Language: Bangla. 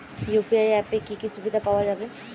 ইউ.পি.আই অ্যাপে কি কি সুবিধা পাওয়া যাবে?